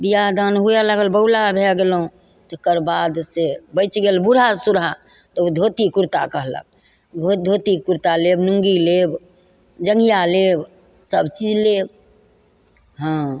बिआह दान हुए लागल बौला भै गेलहुँ तकर बादसे बचि गेल बूढ़ा सूढ़ा तऽ ओ धोती कुरता कहलक धोती कुरता लेब लुङ्गी लेब जँघिआ लेब सबचीज लेब हँ तऽ